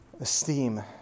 Esteem